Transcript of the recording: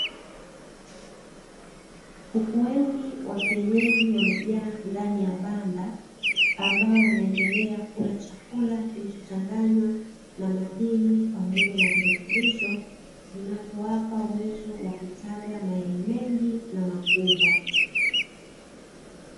kuku wengi wa kienyeji wamejaa ndani ya banda, ambao wanaendelea kula chakula kilichochanganywa na madini pamoja na virutubisho vinavyo wapa uwezo wa kutaga mayai mengi na makubwa.